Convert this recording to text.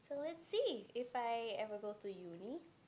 let's see if I ever go to Uni